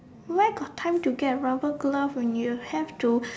where got time to get rubber glove when you have to